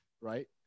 right